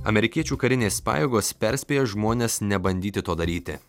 amerikiečių karinės pajėgos perspėja žmones nebandyti to daryti